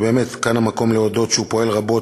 ובאמת כאן המקום להודות שהוא פועל רבות